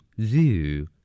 Zoo